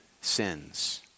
sins